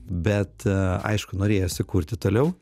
bet aišku norėjosi kurti toliau